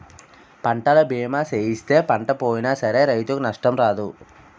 పంటల బీమా సేయిస్తే పంట పోయినా సరే రైతుకు నష్టం రాదు